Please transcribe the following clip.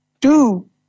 two